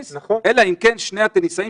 או חברה בע"מ לא יכול לעבוד ולהתפרנס.